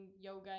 yoga